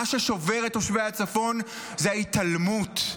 מה ששובר את תושבי הצפון הוא ההתעלמות,